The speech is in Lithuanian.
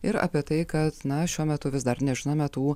ir apie tai kad na šiuo metu vis dar nežinome tų